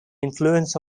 influence